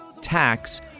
tax